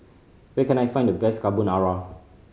where can I find the best Carbonara